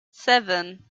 seven